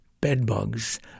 Bedbugs